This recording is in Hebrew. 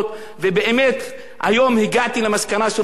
היום הגעתי למסקנה הסופית למה עם ישראל לא מכבד